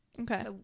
okay